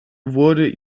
wurde